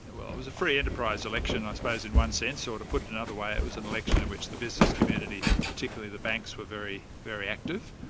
well it was a free enterprise election i suppose in one sense, or to put it another way, it was an election in which the business community, particularly the banks, were very very active.